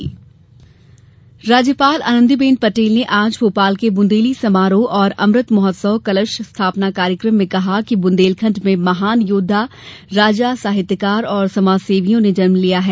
राज्यपाल राज्यपाल आनंदीबेन पटेल ने आज भोपाल में बुंदेली समारोह और अमृत महोत्सव कलश स्थापना कार्यक्रम में कहा कि ब्रंदेलखण्ड में महान योद्वा राजा साहित्यकार और समाजसेवियों ने जन्म लिया है